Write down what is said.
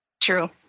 True